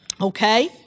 Okay